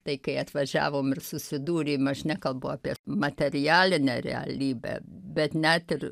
tai kai atvažiavom ir susidūrėm aš nekalbu apie materialinę realybę bet net ir